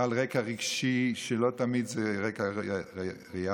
על רקע רגשי שלא תמיד זה רקע ריאלי.